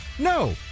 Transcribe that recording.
No